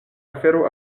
afero